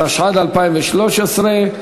התשע"ד 2013,